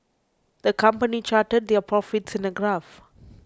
the company charted their profits in a graph